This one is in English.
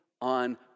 on